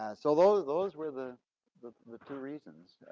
and so those those were the the the two reasons,